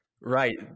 Right